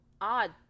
odd